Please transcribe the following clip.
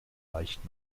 leicht